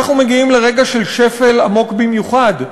אנחנו מגיעים לרגע של שפל עמוק במיוחד,